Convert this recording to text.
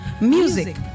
music